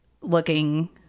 looking